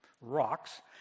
rocks